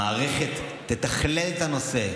המערכת תתכלל את הנושא,